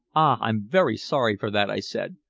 ah, i'm very sorry for that, i said.